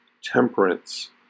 temperance